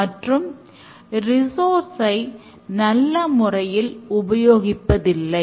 இதனால் பின்னாளில் நாம் ஆச்சரியப்பட வேறொன்றும் இல்லை